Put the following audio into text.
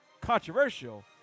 controversial